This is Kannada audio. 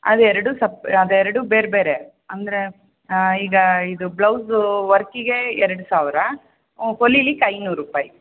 ಅವೆರಡು ಸಪ್ ಅವೆರಡು ಬೇರೆ ಬೇರೆ ಅಂದರೆ ಈಗ ಇದು ಬ್ಲೌಸ್ ವರ್ಕಿಗೆ ಎರಡು ಸಾವಿರ ಹೊಲಿಲಿಕ್ಕೆ ಐನೂರು ರೂಪಾಯಿ